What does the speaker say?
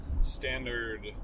standard